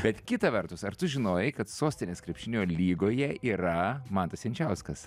bet kita vertus ar tu žinojai kad sostinės krepšinio lygoje yra mantas jančiauskas